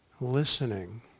listening